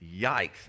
Yikes